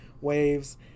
waves